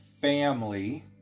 family